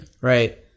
right